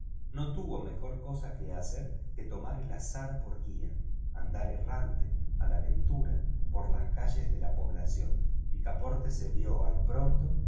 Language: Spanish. no tuvo mejor cosa que hacer que tomar el azar por guía andar errante a la ventura por las calles de la población picaporte se vio al pronto